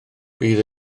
bydd